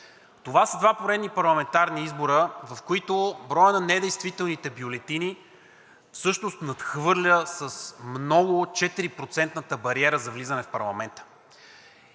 Това са два поредни парламентарни избора, в които броят на недействителните бюлетини всъщност надхвърля с много четирипроцентната бариера за влизане в парламента.